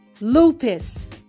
lupus